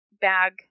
bag